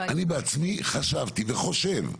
אני בעצמי חשבתי וחושב,